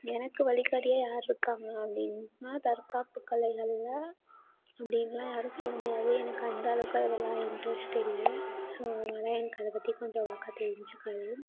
எனக்கு வழிகாட்டியா யார் இருக்காங்க அப்படின்னா தற்காப்பு கலைகளில் அப்படின்லாம் யாரும் சொல்ல முடியாது எனக்கு அந்தளவுக்கு அதிலெல்லாம் இன்டர்ஸ்ட் இல்லை ஸோ அதனாலே எனக்கு அதை பற்றி கொஞ்சம் அவ்வளோக்கா தெரிஞ்சுக்கல